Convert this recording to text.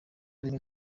rimwe